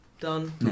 done